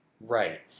right